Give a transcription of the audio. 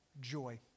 Joy